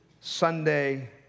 Sunday